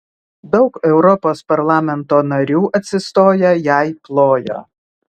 daug europos parlamento narių atsistoję jai plojo